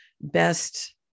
best